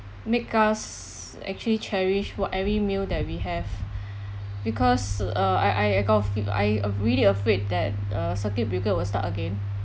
make us actually cherish for every meal that we have because uh I I f~ I really afraid that uh circuit breaker will start again